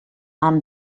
amb